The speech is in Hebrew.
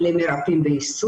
אז הפער הזה בעיני הוא